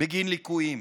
בגין ליקויים.